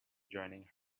joining